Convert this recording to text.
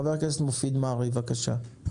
חבר הכנסת מופיד מרעי, בבקשה.